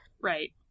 right